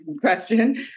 question